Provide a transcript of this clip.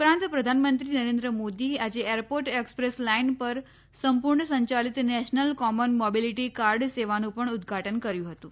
ઉપરાંત પ્રધાનમંત્રી નરેન્દ્ર મોદીએ આજે એરપોર્ટ એક્સપ્રેસ લાઇન પર સંપૂર્ણ સંયાલિત નેશનલ કોમન મોબિલીટી કાર્ડ સેવાનું પણ ઉદ્દઘાટન કર્યું હતું